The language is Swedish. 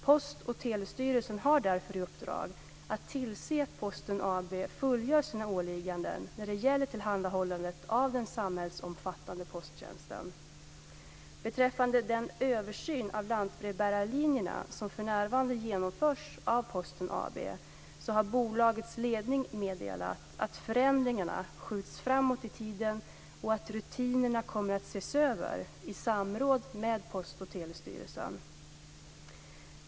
Post och telestyrelsen har därför i uppdrag att tillse att Posten AB fullgör sina åligganden när det gäller tillhandahållandet av den samhällsomfattande posttjänsten. Beträffande den översyn av lantbrevbärarlinjerna som för närvarande genomförs av Posten AB har bolagets ledning meddelat att förändringarna skjuts framåt i tiden och att rutinerna kommer att ses över i samråd med Post och telestyrelsen.